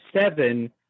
seven